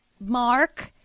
mark